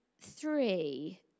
Three